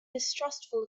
distrustful